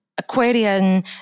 Aquarian